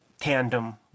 tandem